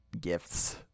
gifts